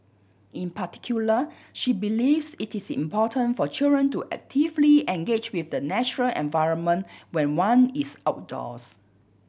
in particular she believes it is important for children to actively engage with the natural environment when one is outdoors